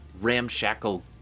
ramshackle